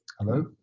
Hello